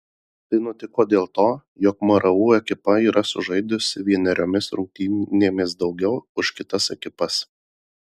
tai nutiko dėl to jog mru ekipa yra sužaidusi vieneriomis rungtynėmis daugiau už kitas ekipas